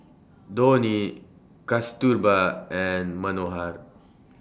Dhoni Kasturba and Manohar